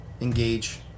engage